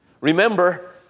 Remember